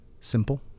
simple